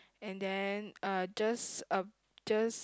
and then uh just uh just